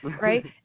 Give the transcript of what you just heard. Right